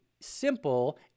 simple